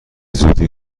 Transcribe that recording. زودی